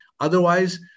Otherwise